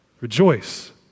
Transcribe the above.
Rejoice